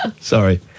Sorry